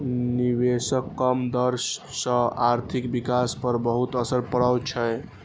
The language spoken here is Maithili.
निवेशक कम दर सं आर्थिक विकास पर बहुत असर पड़ै छै